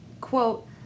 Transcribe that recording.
Quote